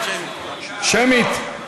שמית.